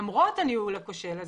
למרות הניהול הכושל של